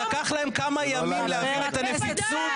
לקח להם כמה ימים לארגן את הנפיצות,